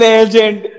Legend